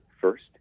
first